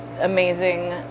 amazing